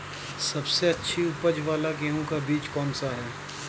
सबसे अच्छी उपज वाला गेहूँ का बीज कौन सा है?